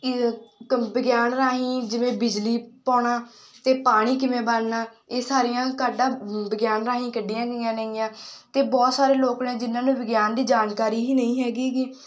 ਇਹ ਕੰ ਵਿਗਿਆਨ ਰਾਹੀਂ ਜਿਵੇਂ ਬਿਜਲੀ ਪਾਉਣਾ ਅਤੇ ਪਾਣੀ ਕਿਵੇਂ ਬਣਨਾ ਇਹ ਸਾਰੀਆਂ ਕਾਢਾਂ ਵਿਗਿਆਨ ਰਾਹੀਂ ਕੱਢੀਆਂ ਗਈਆਂ ਨੇਗੀਆਂ ਅਤੇ ਬਹੁਤ ਸਾਰੇ ਲੋਕ ਨੇ ਜਿਨ੍ਹਾਂ ਨੂੰ ਵਿਗਿਆਨ ਦੀ ਜਾਣਕਾਰੀ ਹੀ ਨਹੀਂ ਹੈਗੀ ਗੀ